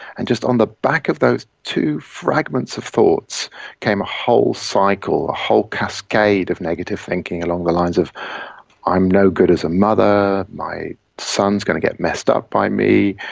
and just on the back of those two fragments of thoughts came a whole cycle, a whole cascade of negative thinking along the lines of i'm no good as a mother, my son is going to get messed up by me,